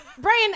Brian